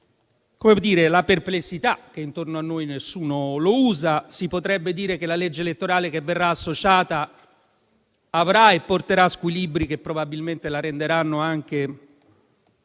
perplessità per il fatto che intorno a noi nessuno lo usa. Si potrebbe dire che la legge elettorale che verrà associata avrà e porterà squilibri che probabilmente la renderanno anche